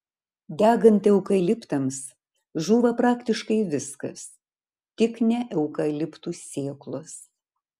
degant eukaliptams žūva praktiškai viskas tik ne eukaliptų sėklos